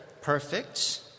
perfect